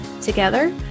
Together